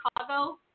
Chicago